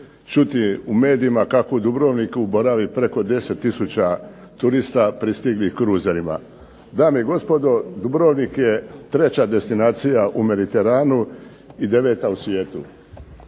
čuti u medijima kako u Dubrovniku boravi preko 10000 turista pristiglih kruzerima. Dame i gospodo, Dubrovnik je treća destinacija u Mediteranu i deveta u svijetu.